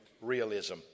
realism